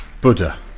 Buddha